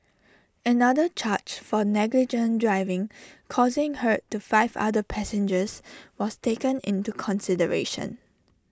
another charge for negligent driving causing hurt to five other passengers was taken into consideration